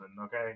okay